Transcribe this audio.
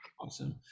Awesome